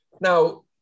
Now